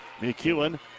McEwen